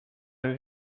een